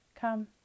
Come